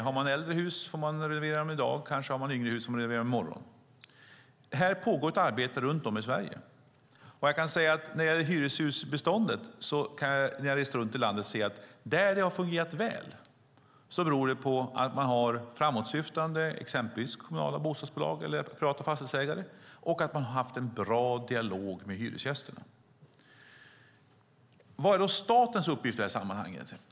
Har man äldre hus kanske man måste renovera i dag, har man nyare hus kanske man måste renovera dem i morgon. Det pågår ett arbete runt om i Sverige. När det gäller hyreshusbeståndet har jag sett, när jag har rest i Sverige, att där det har fungerat väl beror det på att man har framåtsyftande kommunala bostadsbolag eller privata fastighetsägare och på att man har haft en bra dialog med hyresgästerna. Vad är då statens uppgift i det här sammanhanget?